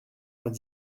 vingt